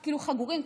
חגורים,